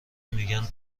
میگن